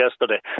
yesterday